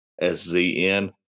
S-Z-N